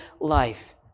life